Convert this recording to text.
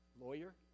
lawyer